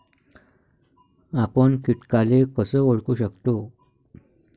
आपन कीटकाले कस ओळखू शकतो?